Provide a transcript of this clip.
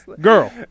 Girl